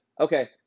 okay